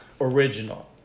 original